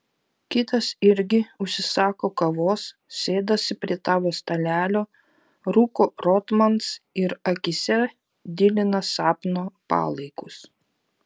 kitas irgi užsisako kavos sėdasi prie tavo stalelio rūko rotmans ir akyse dilina sapno palaikus